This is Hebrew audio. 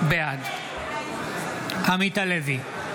בעד עמית הלוי,